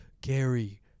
Gary